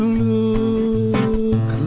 look